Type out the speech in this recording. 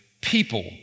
people